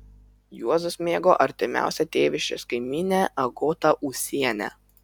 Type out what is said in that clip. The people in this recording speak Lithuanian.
juozas mėgo artimiausią tėviškės kaimynę agotą ūsienę